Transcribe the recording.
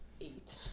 eight